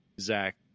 Zach